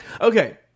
Okay